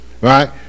Right